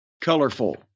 colorful